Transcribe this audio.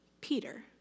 Peter